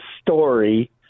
story